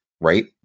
right